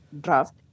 draft